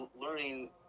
learning